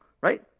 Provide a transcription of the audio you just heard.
right